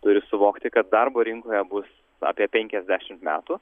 turi suvokti kad darbo rinkoje bus apie penkiasdešim metų